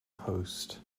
host